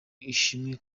ashimwe